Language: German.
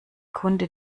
kunde